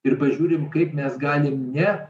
ir pažiūrim kaip mes galim ne